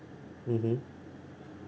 mmhmm